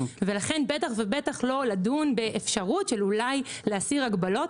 לכן בטח ובטח לא לדון באפשרות אולי להסיר הגבלות